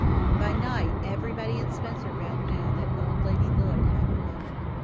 by night everybody in spencervale knew that old lady lloyd had pneumonia.